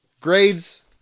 Grades